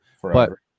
Forever